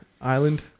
Island